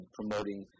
promoting